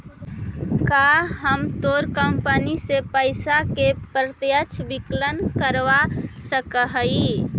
का हम तोर कंपनी से पइसा के प्रत्यक्ष विकलन करवा सकऽ हिअ?